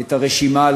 את הרשימה.